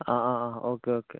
ആ ആ ആ ഓക്കേ ഓക്കേ